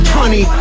honey